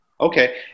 Okay